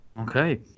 Okay